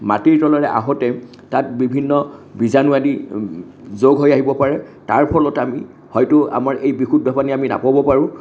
মাটিৰ তলেৰে আহোঁতে তাত বিভিন্ন বীজাণু আদি যোগ হৈ আহিব পাৰে তাৰফলত আমি হয়তো আমাৰ এই বিশুদ্ধ পানী আমি নাপাবও পাৰোঁ